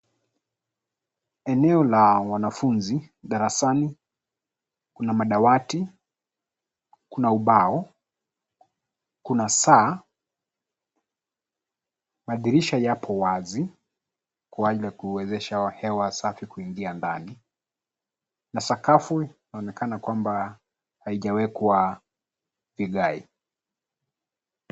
Eneo la wanafunzi, darasani. Kuna madawati, kuna ubao, kuna saa, madirisha yapo wazi Kwa ile kuwezesha hewa Safi kuingia ndani. Na sakafu inaonekana kwamba haijawekwa vigae.